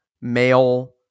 male